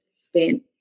spent